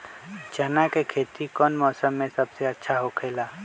चाना के खेती कौन मौसम में सबसे अच्छा होखेला?